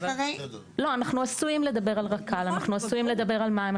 אנחנו עשויים על מים,